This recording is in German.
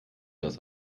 das